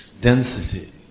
density